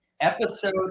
episode